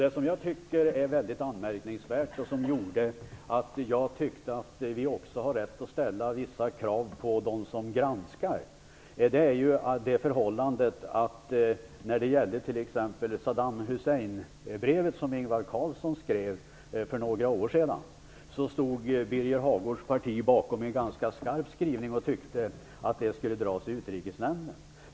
En sak som jag finner vara mycket anmärkningsvärd och som medförde att jag tyckte att vi har rätt att ställa vissa krav även på dem som granskar, är att när det t.ex. gällde det brev till Saddam Hussein som Ingvar Carlsson skrev för några år sedan stod Birger Hagårds parti bakom en ganska skarp skrivning. Man tyckte att det skulle dras i Utrikesnämnden.